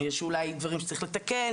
יש אולי דברים שצריך לתקן,